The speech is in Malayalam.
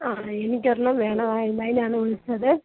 ആ എനിക്കൊരെണ്ണം വേണമായിരുന്നു അതിനാണ് വിളിച്ചതേ